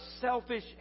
selfish